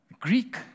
Greek